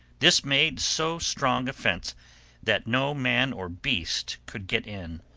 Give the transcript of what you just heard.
this made so strong a fence that no man or beast could get in.